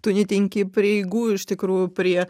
tu netenki prieigų iš tikrųjų prie